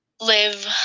live